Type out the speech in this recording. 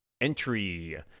entry